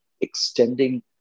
extending